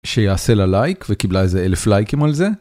שיעשה לה לייק וקיבלה איזה אלף לייקים על זה.